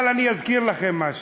אבל אני אזכיר לכם משהו: